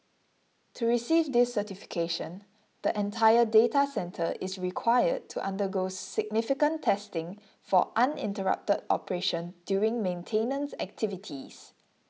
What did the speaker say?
to receive this certification the entire data centre is required to undergo significant testing for uninterrupted operation during maintenance activities